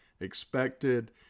expected